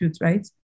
right